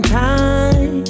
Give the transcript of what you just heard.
time